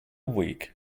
weak